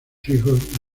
hijos